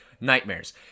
Nightmares